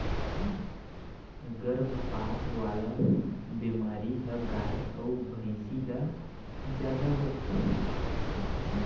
गरभपात वाला बेमारी ह गाय अउ भइसी ल जादा होथे